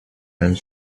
and